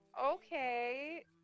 okay